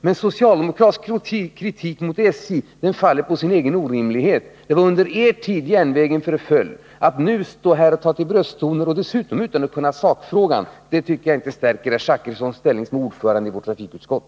Men den socialdemokratiska kritiken mot SJ faller på sin egen orimlighet. Det var under er tid järnvägen förföll. Att nu stå här och ta till brösttoner — och dessutom utan att kunna sakfrågan — tycker jag inte stärker herr Zachrissons ställning som ordförande i vårt trafikutskott.